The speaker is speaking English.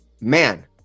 man